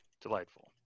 Delightful